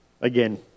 again